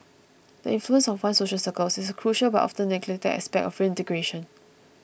the influence of one's social circles is a crucial but oft neglected aspect of reintegration